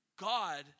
God